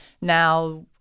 now